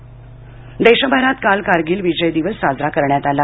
करगिल दिवस देशभरातकाल करगिल विजय दिवस साजरा करण्यात आला